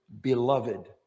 beloved